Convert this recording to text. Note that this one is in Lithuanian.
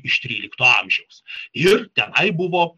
iš trylikto amžiaus ir tenai buvo